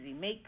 make